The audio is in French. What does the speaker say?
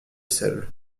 sel